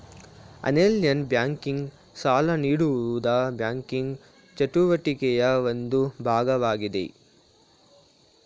online banking, ಸಾಲ ನೀಡುವುದು banking ಚಟುವಟಿಕೆಯ ಒಂದು ಭಾಗವಾಗಿದೆ